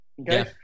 Okay